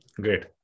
Great